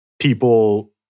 people